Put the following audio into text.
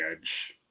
edge